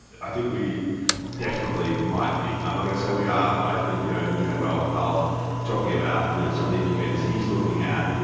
i think we definitely might be. i'm not going to say we are, but i think, you know and you had raoul paul talking about you know some of the indicators he's looking at. you know